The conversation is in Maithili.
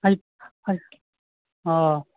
ओ